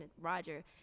Roger